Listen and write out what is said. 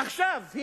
עכשיו היא